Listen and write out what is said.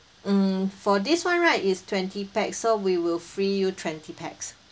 mm for this one right is twenty pax so we will free you twenty pax